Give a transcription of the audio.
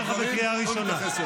יש לך הזדמנויות אחרות.